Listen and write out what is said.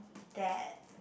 that